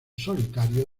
solitario